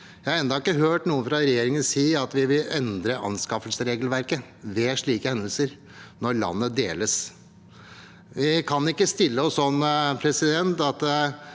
Jeg har ennå ikke hørt noen fra regjeringen si at de vil endre anskaffelsesregelverket ved slike hendelser, når landet deles. Vi kan ikke stille oss sånn